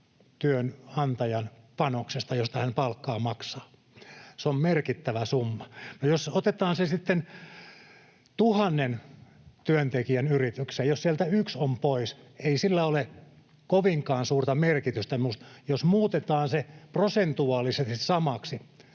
työnantajan panoksesta, josta hän palkkaa maksaa. Se on merkittävä summa. No jos otetaan esimerkiksi sitten tuhannen työntekijän yritys: Jos sieltä yksi on pois, ei sillä ole kovinkaan suurta merkitystä, mutta jos muutetaan prosentuaalisesti samaksi